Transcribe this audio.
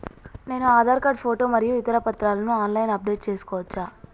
నేను Aadhaar card photo మరియు ఇతర పత్రాలను ఆన్ లైన్ అప్ డెట్ చేసుకోవచ్చా?